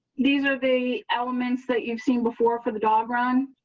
these are the elements that you've seen before. for the dog run